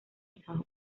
estados